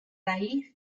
raíz